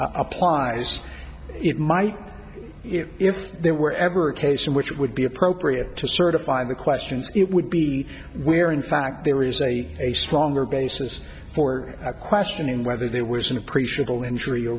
applies it might if there were ever a case in which would be appropriate to certify the questions it would be where in fact there is a a stronger basis for questioning whether there was an appreciable injury or